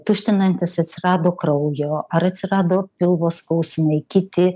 tuštinantis atsirado kraujo ar atsirado pilvo skausmai kiti